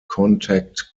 contact